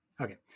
okay